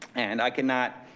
and i can not